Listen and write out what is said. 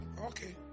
Okay